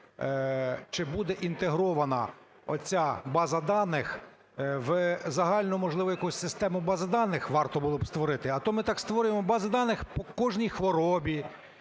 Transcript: чи буде інтегрована ця база даних в загальну? Можливо, якусь систему бази даних варто було б створити? А то ми так створюємо бази даних по кожній хворобі,